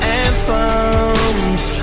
anthems